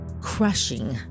crushing